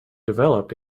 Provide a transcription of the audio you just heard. developed